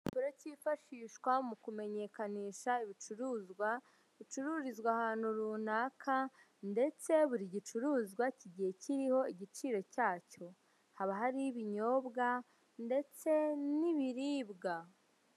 Igipapuro cyifashishwa mu kumenyekanisha ibicuruzwa bicururizwa ahantu runaka, ndetse buri gicuruzwa kigiye kiriho igiciro cyacyo, haba hariho ibinyobwa ndetse n'ibiribwa.